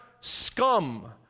scum